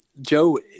Joe